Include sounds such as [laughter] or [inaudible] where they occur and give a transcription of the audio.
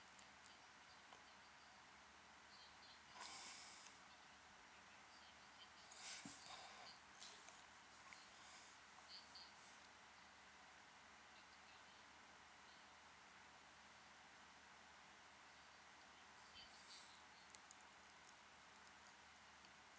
[breath] [breath]